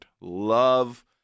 Love